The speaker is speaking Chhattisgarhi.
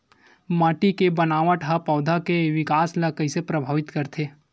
माटी के बनावट हा पौधा के विकास ला कइसे प्रभावित करथे?